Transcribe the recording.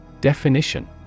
Definition